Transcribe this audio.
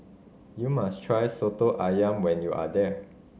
you must try Soto Ayam when you are there